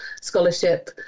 scholarship